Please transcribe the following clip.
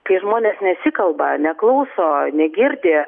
kai žmonės nesikalba neklauso negirdi